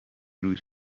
روز